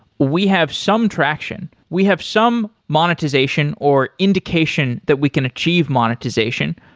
we have some traction. we have some monetization or indication that we can achieve monetization.